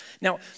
Now